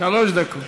שלוש דקות.